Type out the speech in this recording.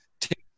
take